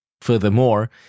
Furthermore